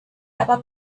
aber